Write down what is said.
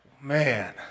Man